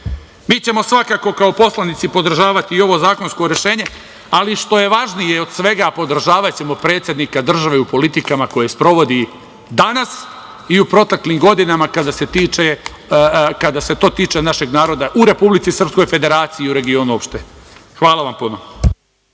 ćemo svakako kao poslanici podržavati i ovo zakonsko rešenje, ali što je važnije od svega podržavaćemo predsednika države u politikama koje sprovodi danas i u proteklim godinama kada se to tiče našeg naroda u Republici srpskoj federaciji i regionu uopšte. Hvala vam puno.